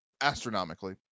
astronomically